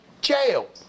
jail